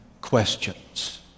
questions